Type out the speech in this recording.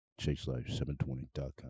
ChaseLife720.com